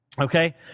Okay